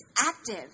active